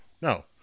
No